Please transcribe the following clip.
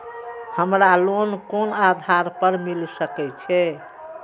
हमरा लोन कोन आधार पर मिल सके छे?